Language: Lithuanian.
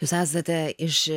jūs esate iš